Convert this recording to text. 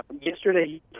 Yesterday